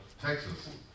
Texas